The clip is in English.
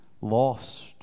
lost